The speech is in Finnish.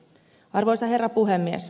arvoisa herra puhemies